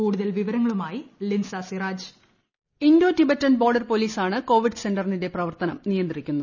കൂടുതൽ വിവരങ്ങളുമായി Linsa Siraj voice Indo Tibetan border പൊലീസാണ് കോവിഡ് സെന്ററിന്റെ പ്രവർത്തനം നിയന്ത്രിക്കുന്നത്